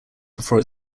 before